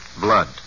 Blood